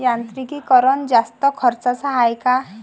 यांत्रिकीकरण जास्त खर्चाचं हाये का?